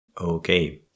Okay